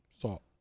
Salt